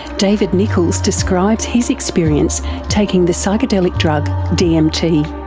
david nickles describes his experience taking the psychedelic drug dmt.